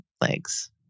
legs